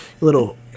little